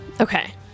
Okay